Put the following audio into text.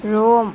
Rome